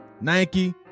Nike